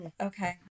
Okay